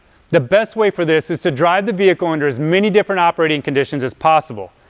the best way for this is to drive the vehicle under as many different operating conditions as possible.